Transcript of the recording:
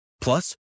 Plus